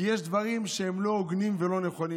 כי יש דברים שהם לא הוגנים ולא נכונים.